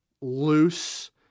loose